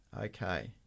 Okay